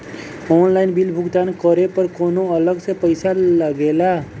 Online bill भुगतान करे पर कौनो अलग से पईसा लगेला?